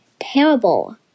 Terrible